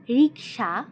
rickshaw